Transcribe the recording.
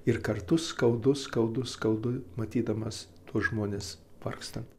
ir kartu skaudu skaudu skaudu matydamas tuos žmones vargstant